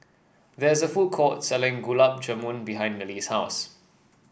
there is a food court selling Gulab Jamun behind Milly's house